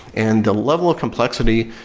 and the level of complexity,